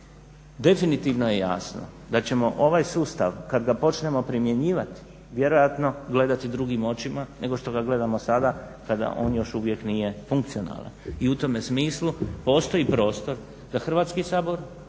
Definitivno je jasno da ćemo ovaj sustav kad ga počnemo primjenjivati vjerojatno gledati drugim očima nego što ga gledamo sada kada on još uvijek nije funkcionalan i u tome smislu postoji prostor da Hrvatski sabor